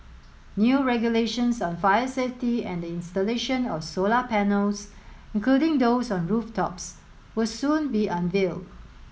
new regulations on fire safety and the installation of solar panels including those on rooftops will soon be unveiled